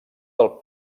del